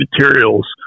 materials